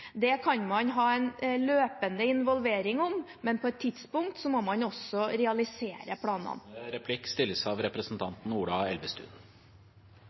kan man ha en løpende involvering om, men på et tidspunkt må man også realisere planene. Det er i forlengelsen av